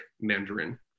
Mandarin